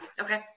Okay